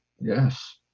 Yes